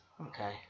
Okay